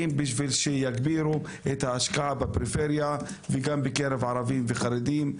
בשביל שיגבירו את ההשקעה בפריפריה וגם בקרב ערבים וחרדים.